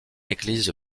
église